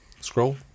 Scroll